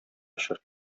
очрый